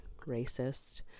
racist